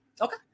Okay